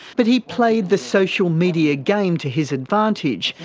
but he played the social media game to his advantage,